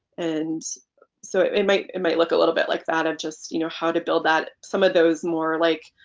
and so it might it might look a little bit like that adjust you know how to build that some of those more. like